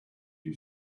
you